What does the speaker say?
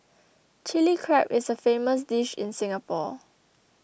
Chilli Crab is a famous dish in Singapore